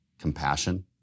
compassion